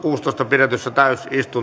pidetyssä